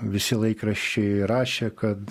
visi laikraščiai rašė kad